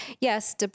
yes